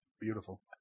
Beautiful